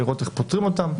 לראות איך פותרים אותם.